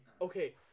Okay